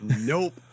Nope